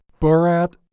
Borat